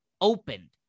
opened